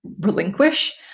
relinquish